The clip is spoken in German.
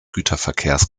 güterverkehrs